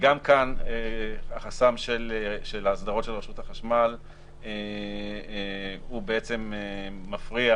וגם כאן החסם של ההסדרות של רשות החשמל בעצם מפריע